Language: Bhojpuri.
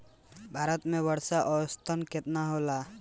भारत में वर्षा औसतन केतना होला?